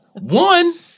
one